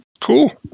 Cool